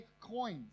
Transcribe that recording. coins